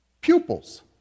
pupils